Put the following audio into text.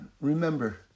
Remember